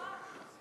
נורא.